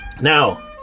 Now